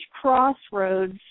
crossroads